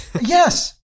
Yes